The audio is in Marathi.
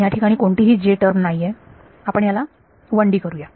याठिकाणी कोणतीही j टर्म नाही आपण याला 1D करूया